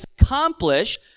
accomplished